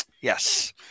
yes